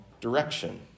direction